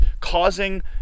causing